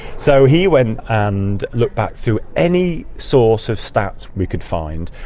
so he went and looked back through any source of stats we could find,